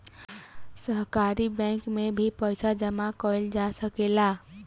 सहकारी बैंक में भी पइसा जामा कईल जा सकेला